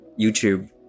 YouTube